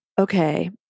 Okay